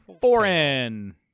foreign